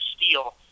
steal